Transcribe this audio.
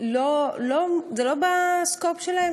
זה לא ב-scope שלהם